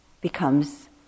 becomes